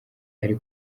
ari